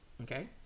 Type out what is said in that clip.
okay